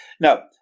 Now